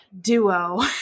duo